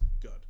Good